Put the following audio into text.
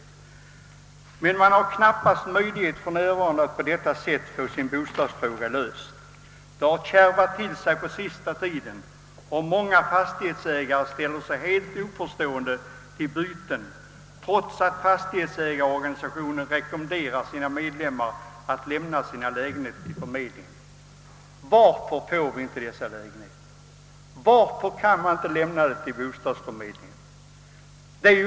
Men de har för närvarande knappast möjlighet att på detta sätt få sin bostadsfråga löst. Det har kärvat till sig på senaste tiden, och många fastighetsägare ställer sig helt oförstående till byten trots att fastighetsägarorganisationen rekommenderar sina medlemmar att lämna sina lägenheter till förmedlingen. Varför får vi inte dessa lägenheter? Varför kan man inte lämna dem till bostadsförmedlingen?